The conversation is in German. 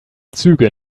züge